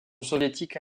soviétique